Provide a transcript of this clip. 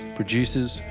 producers